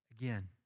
again